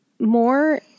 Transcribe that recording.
More